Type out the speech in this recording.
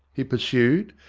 he pursued,